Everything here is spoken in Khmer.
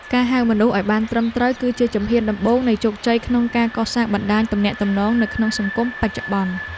ការហៅមនុស្សឱ្យបានត្រឹមត្រូវគឺជាជំហានដំបូងនៃជោគជ័យក្នុងការកសាងបណ្ដាញទំនាក់ទំនងនៅក្នុងសង្គមបច្ចុប្បន្ន។